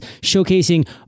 showcasing